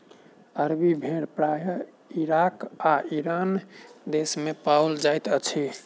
अरबी भेड़ प्रायः इराक आ ईरान देस मे पाओल जाइत अछि